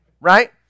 right